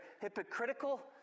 hypocritical